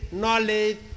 knowledge